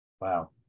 Wow